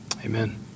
Amen